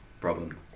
problem